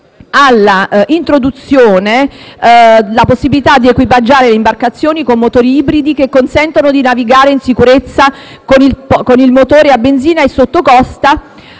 in particolare, alla possibilità di equipaggiare le imbarcazioni con motori ibridi, che consentano di navigare in sicurezza con il motore a benzina e, sotto costa,